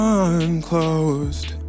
unclosed